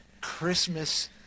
Christmas